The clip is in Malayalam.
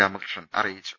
രാമകൃഷ്ണൻ അറിയിച്ചു